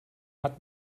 hat